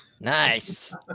Nice